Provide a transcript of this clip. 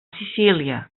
sicília